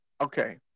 okay